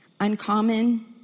Uncommon